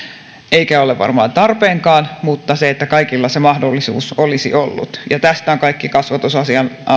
eikä ole varmaan tarpeenkaan mutta että kaikilla se mahdollisuus olisi ollut tästä ovat kaikki kasvatusalan